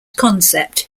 concept